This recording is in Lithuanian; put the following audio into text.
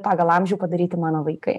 pagal amžių padaryti mano vaikai